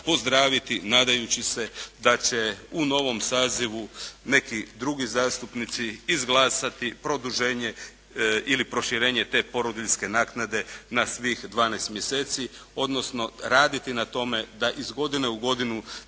pozdraviti nadajući se da će u novom sazivu neki drugi zastupnici izglasati produženje ili proširenje te porodiljske naknade na svih 12 mjeseci, odnosno raditi na tome da iz godine u godinu